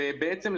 בעצם,